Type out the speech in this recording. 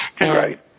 Right